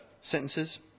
sentences